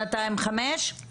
סליחה.